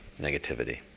negativity